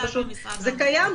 זה קיים,